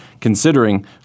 considering